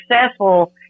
successful